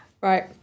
right